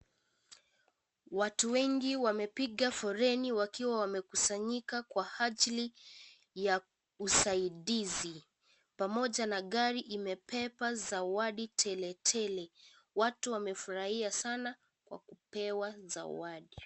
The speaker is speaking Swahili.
Watu wengi wamepiga foleni wakiwa wamekusanyika kwa ajili ya usaidizi pamoja na gari imebeba zawadi teletele watu wamefurahia kwa kupewa zawadi.